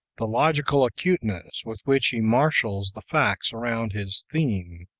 the logical acuteness with which he marshals the facts around his theme,